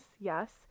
yes